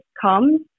comes